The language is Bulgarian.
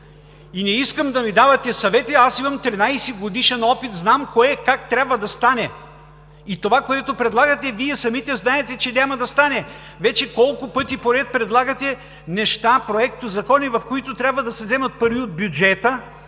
И не искам да ми давате съвети. Аз имам 13-годишен опит, нам кое, как трябва да стане. И това, което предлагате Вие самите, знаете, че няма да стане. Вече колко пъти поред предлагате неща, проектозакони, в които трябва да се вземат пари от бюджета?